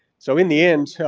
so in the end, so